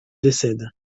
décède